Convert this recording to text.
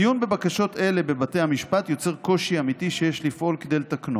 הדיון בבקשות אלה בבתי המשפט יוצר קושי אמיתי שיש לפעול כדי לתקנו.